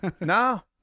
no